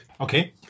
Okay